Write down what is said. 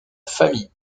famille